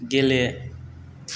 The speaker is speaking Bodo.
गेले